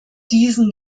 diesen